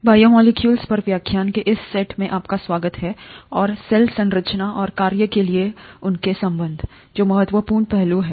biomolecules पर व्याख्यान के इस सेट में आपका स्वागत है और सेल संरचना और कार्य के लिए उनके संबंध जो महत्वपूर्ण पहलू हैं